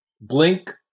blink